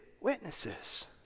witnesses